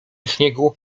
śniegu